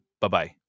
Bye-bye